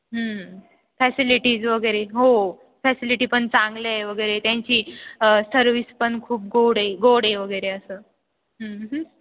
facilities वगैरे हो facility पण चांगले आहे वगैरे त्यांची सर्विस पण खूप गोड आहे गोड आहे वगैरे असं